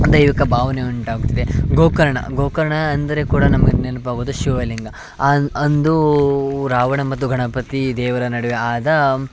ದೈವಿಕ ಭಾವನೆ ಉಂಟಾಗುತ್ತದೆ ಗೋಕರ್ಣ ಗೋಕರ್ಣ ಎಂದರೆ ಕೂಡ ನಮಗೆ ನೆನಪಾಗೋದೆ ಶಿವಲಿಂಗ ಆನ್ ಅಂದು ರಾವಣ ಮತ್ತು ಗಣಪತಿ ದೇವರ ನಡುವೆ ಆದ